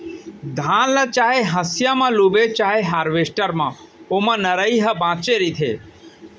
धान ल चाहे हसिया ल लूबे चाहे हारवेस्टर म ओमा नरई ह बाचे रहिथे